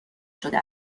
شده